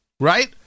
Right